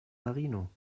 marino